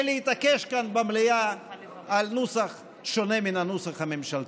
ולהתעקש כאן במליאה על נוסח שונה מן הנוסח הממשלתי.